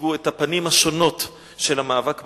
הציגו את הפנים השונות של המאבק באלימות,